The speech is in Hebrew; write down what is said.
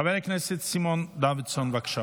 חבר הכנסת סימון דוידסון, בבקשה.